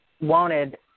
wanted